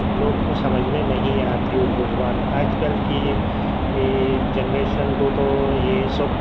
کہ لوگ کو سمجھ میں نہیں آتی اردو زبان آج کل کی جنریشن کو تو یہ سب